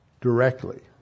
directly